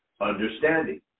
understanding